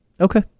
Okay